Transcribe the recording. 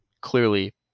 clearly